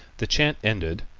the chant ended,